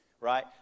right